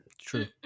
true